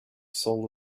soul